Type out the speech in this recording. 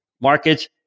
markets